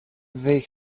they